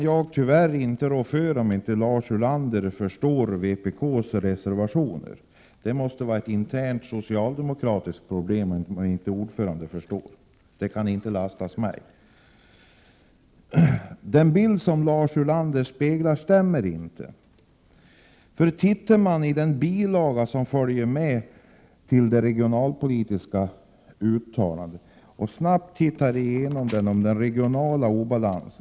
Jag kan inte rå för om Lars Ulander inte förstår vpk:s reservationer. Det måste vara ett internt socialdemokratiskt problem, om utskottets ordförande inte förstår — det kan jag inte lastas för. Den bild som Lars Ulander skisserar stämmer inte. Man kan i den bilaga som följer med betänkandet om regionalpolitiken lätt konstatera den regionala obalansen. Jag tittade snabbt igenom den under Lars Ulanders anförande.